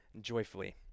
joyfully